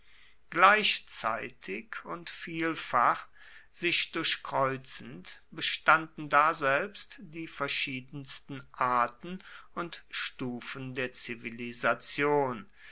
gleichzeitig und vielfach sich durchkreuzend bestanden daselbst die verschiedensten arten und stufen der zivilisation